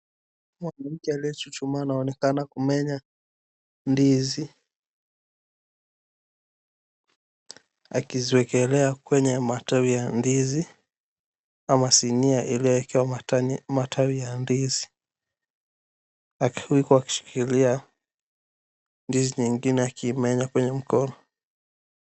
Mwanamke aliyechuchumaa anaonekana kumenya ndizi akiziwekelea kwenye matawi ya ndizi ama sinia iliyowekewa matawi ya ndizi. Akishikilia ndizi nyingine akiimenya kwenye mkono.